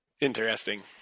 Interesting